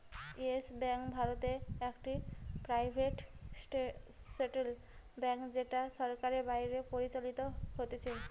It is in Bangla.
ইয়েস বেঙ্ক ভারতে একটি প্রাইভেট সেক্টর ব্যাঙ্ক যেটা সরকারের বাইরে পরিচালিত হতিছে